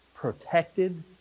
protected